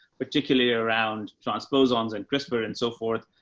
particularly around transposons and crispr and so forth,